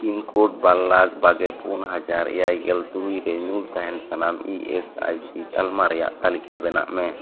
pin code ᱵᱟᱨ ᱞᱟᱠ ᱵᱟᱜᱮ ᱵᱟᱨ ᱯᱩᱱ ᱦᱟᱡᱟᱨ ᱮᱭᱟᱭ ᱜᱮᱞ ᱛᱩᱨᱩᱭ ᱨᱮ ᱧᱩᱨ ᱛᱟᱦᱮᱱ ᱥᱟᱱᱟᱢ ᱤ ᱮᱥ ᱟᱭ ᱥᱤ ᱛᱟᱞᱢᱟ ᱨᱮᱭᱟᱜ ᱛᱟᱞᱤᱠᱟ ᱵᱮᱱᱟᱜ ᱢᱮ